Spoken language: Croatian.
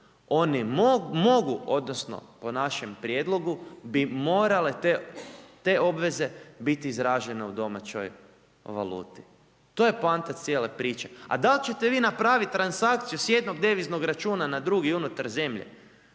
oni mogu odnosno po našem prijedlogu bi morale te obveze biti izražene u domaćoj valuti. To je poanta cijele priče a dal' ćete vi napraviti transakciju s jednog deviznog računa na drugi unutar zemlje,